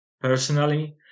Personally